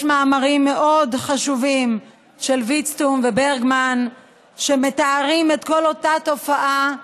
יש מאמרים מאוד חשובים של ויצטום וברגמן שמתארים את אותה תופעה,